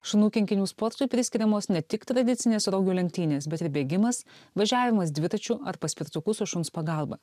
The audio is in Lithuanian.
šunų kinkinių sportui priskiriamos ne tik tradicinės rogių lenktynės bet ir bėgimas važiavimas dviračiu ar paspirtuku su šuns pagalba